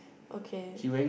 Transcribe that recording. okay